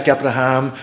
Abraham